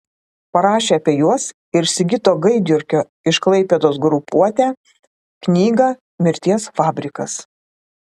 parašė apie juos ir sigito gaidjurgio iš klaipėdos grupuotę knygą mirties fabrikas